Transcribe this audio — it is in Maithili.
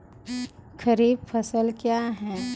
खरीफ फसल क्या हैं?